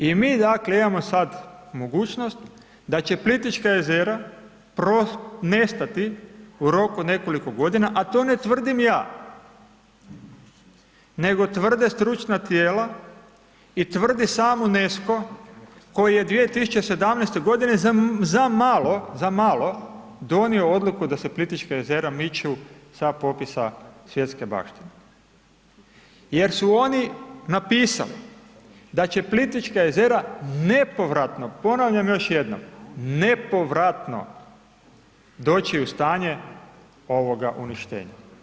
I mi dakle imamo sad mogućnost da će Plitvička jezera nestati u roku nekoliko godina a to ne tvrdim ja nego tvrde stručna tijela i tvrdi sam UNESCO koji je 2017. g. zamalo, zamalo donio odluku da se Plitvička jezera miču sa popisa svjetske baštine jer su oni napisali da će Plitvička jezera nepovratno, ponavljam još jednom, nepovratno doći u stanje uništenja.